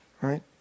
right